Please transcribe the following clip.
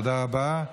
תודה רבה.